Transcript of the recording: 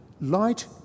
Light